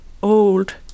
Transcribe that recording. old